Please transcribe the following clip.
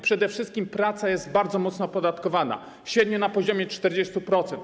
Przede wszystkim praca jest bardzo mocno opodatkowana, średnio na poziomie 40%.